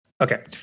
Okay